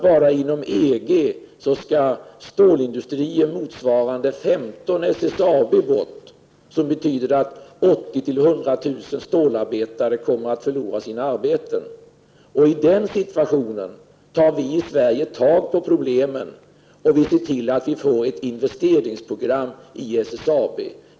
Bara inom EG skall stålindustrier motsvarande 15 företag av SSAB:s storlek bort. Det betyder att 80 000-100 000 arbetare kommer att förlora sina arbeten. I denna situation tar vi i Sverige tag i problemen och ser till att ett investeringsprogram genomförs inom SSAB.